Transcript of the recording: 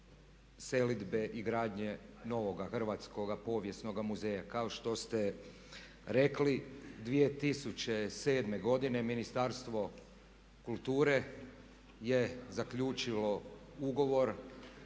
selidbe i gradnje novoga Hrvatskoga povijenoga muzeja. Kao što ste rekli 2007. godine Ministarstvo kulture je zaključilo ugovor